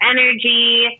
energy